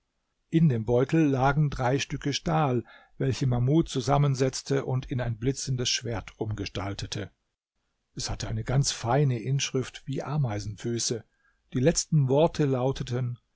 in dem beutel lagen drei stücke stahl welche mahmud zusammensetzte und in ein blitzendes schwert umgestaltete es hatte eine ganz feine inschrift wie ameisenfüße die letzten worte lauteten